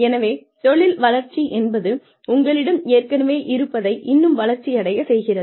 எனவே தொழில் வளர்ச்சி என்பது உங்களிடம் ஏற்கனவே இருப்பதை இன்னும் வளர்ச்சி அடையச் செய்கிறது